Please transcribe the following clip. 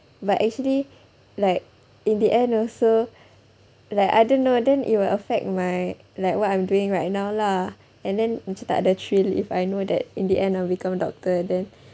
but actually like in the end also like I don't know then it will affect my like what I'm doing right now lah and then macam tak ada thrill if I know that in the end I'll become doctor then